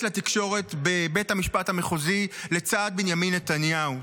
לתקשורת בבית המשפט המחוזי לצד בנימין נתניהו,